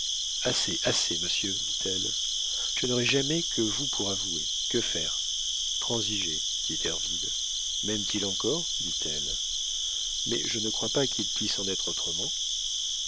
assez assez monsieur dit-elle je n'aurai jamais que vous pour avoué que faire transiger dit derville maime t il encore dit-elle mais je ne crois pas qu'il puisse en être autrement